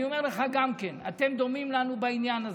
אני אומר לך, אתם דומים לנו בעניין הזה.